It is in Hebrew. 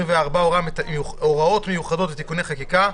וארבע (הוראות מיוחדות ותיקוני חקיקה),